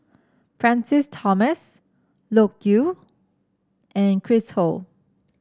Francis Thomas Loke Yew and Chris Ho